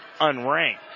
unranked